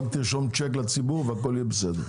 רק תרשום צ'ק לציבור והכול יהיה בסדר.